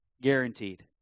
Guaranteed